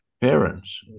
parents